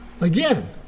Again